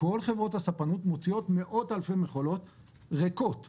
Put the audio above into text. כל חברות הספנות מוציאות מאות אלפי מכולות ריקות מישראל.